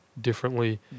differently